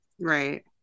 Right